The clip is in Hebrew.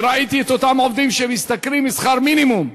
וראיתי את אותם עובדים שמשתכרים שכר מינימום.